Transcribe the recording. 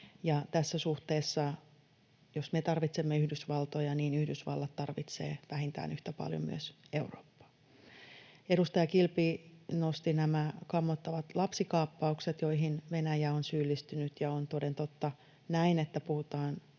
tässä suhteessa, jos me tarvitsemme Yhdysvaltoja, Yhdysvallat tarvitsee vähintään yhtä paljon Eurooppaa. Edustaja Kilpi nosti esiin nämä kammottavat lapsikaappaukset, joihin Venäjä on syyllistynyt. On toden totta näin, että puhutaan